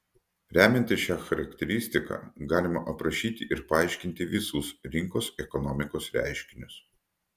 remiantis šia charakteristika galima aprašyti ir paaiškinti visus rinkos ekonomikos reiškinius